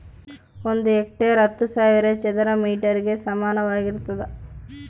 ಒಂದು ಹೆಕ್ಟೇರ್ ಹತ್ತು ಸಾವಿರ ಚದರ ಮೇಟರ್ ಗೆ ಸಮಾನವಾಗಿರ್ತದ